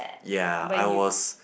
yea I was